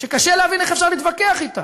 שקשה להבין איך אפשר להתווכח אתה.